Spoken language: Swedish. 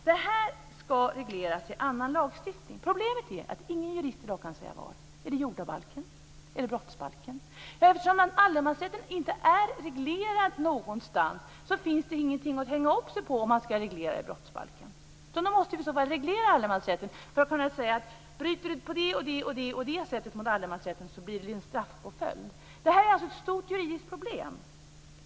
Det här ska regleras i annan lagstiftning. Problemet är att ingen jurist i dag kan säga var, om det kanske är i jordabalken eller i brottsbalken. Eftersom allemansrätten inte är reglerad någonstans finns det ingenting att hänga upp den på om man ska reglera i brottsbalken. Då måste vi i så fall reglera allemansrätten för att kunna säga att om man bryter mot allemansrätten på det och det och det sättet blir det en straffpåföljd. Det är alltså ett stort juridiskt problem.